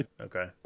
Okay